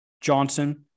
Johnson